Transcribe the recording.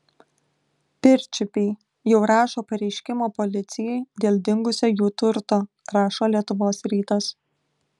pirčiupiai jau rašo pareiškimą policijai dėl dingusio jų turto rašo lietuvos rytas